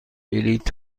بلیط